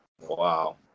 wow